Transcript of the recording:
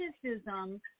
criticism